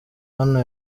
hano